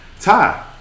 Ty